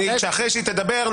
אחרי שהיא תדבר,